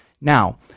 now